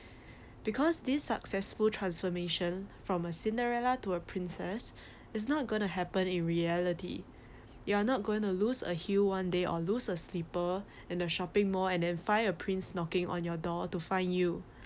because this successful transformation from a cinderella to a princess is not going to happen in reality you are not going to lose a heel one day or losers slipper in a shopping mall and then find a prince knocking on your door to find you